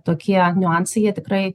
tokie niuansai jie tikrai